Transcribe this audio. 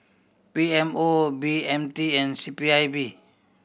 P M O B M T and C P I B